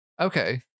Okay